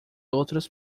outras